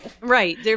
Right